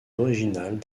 originales